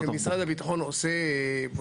כשמשרד הביטחון פונה,